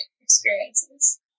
experiences